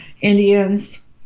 Indians